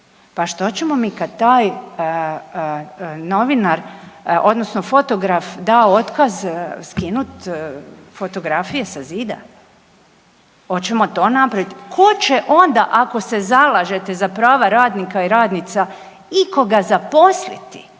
Pa što ćemo mi kada taj novinar odnosno fotograf da otkaz skinuti fotografije sa zida? Hoćemo li to napraviti? Tko će onda ako se zalažete za prava radnika i radnica ikoga zaposliti?